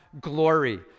glory